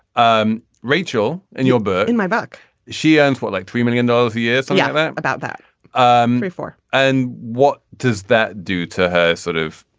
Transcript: um rachel and your book in my book she earns what like three million dollars. yes. i yeah wrote about that um before. and what does that do to sort of